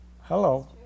Hello